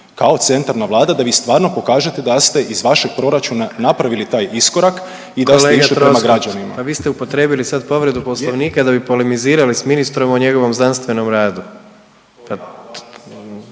kao centralna Vlada da vi stvarno pokažete da ste iz vašeg proračuna napravili taj iskorak i da ste išli prema građanima. **Jandroković, Gordan (HDZ)** Kolega Troskot pa ste upotrijebili sad povredu Poslovnika da bi polemizirali s ministrom o njegovom znanstvenom radu.